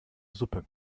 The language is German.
suppe